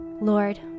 Lord